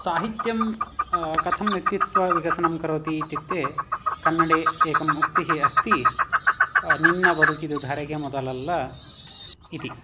साहित्यं कथं व्यक्तित्वविकसनं करोति इत्युक्ते कन्नडे एकम् उक्तिः अस्ति निन्न बदुकिदु धरेगे मोदलल्ल इति